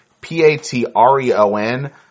P-A-T-R-E-O-N